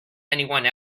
anyone